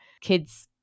Kids